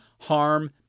harm